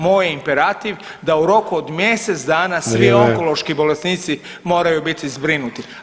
Moj imperativ da u roku od mjesec dana svi [[Upadica Sanader: Vrijeme.]] onkološki bolesnici moraju biti zbrinuti.